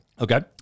Okay